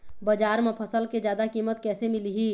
बजार म फसल के जादा कीमत कैसे मिलही?